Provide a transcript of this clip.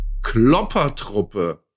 Kloppertruppe